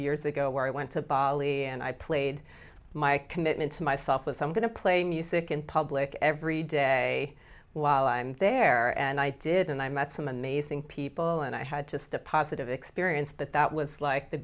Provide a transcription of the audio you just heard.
years ago where i went to bali and i played my commitment to myself with i'm going to play music in public every day while i'm there and i did and i met some amazing people and i had to step positive experience but that was like the